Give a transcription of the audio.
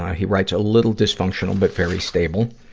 he writes a little dysfunctional, but very stable.